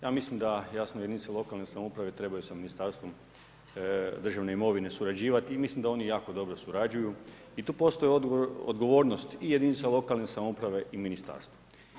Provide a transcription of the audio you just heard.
Ja mislim da jasno jedinice lokalne samouprave trebaju sa Ministarstvom državne imovine surađivati i mislim da oni jako dobro surađuju i tu postoji odgovornost i jedinica lokalne samouprave i ministarstva.